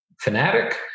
fanatic